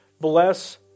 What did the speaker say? bless